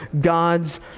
God's